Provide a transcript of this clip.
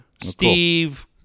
Steve